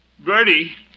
Bertie